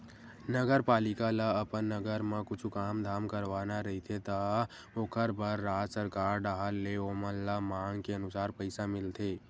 नगरपालिका ल अपन नगर म कुछु काम धाम करवाना रहिथे त ओखर बर राज सरकार डाहर ले ओमन ल मांग के अनुसार पइसा मिलथे